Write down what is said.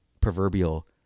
proverbial